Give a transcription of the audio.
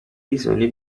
bisogno